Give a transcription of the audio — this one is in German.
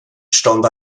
stand